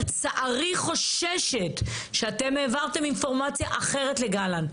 לצערי חוששת שאתם העברתם אינפורמציה אחרת לגלנט.